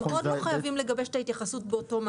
הם עוד לא חייבים לגבש את ההתייחסות באותו מקום.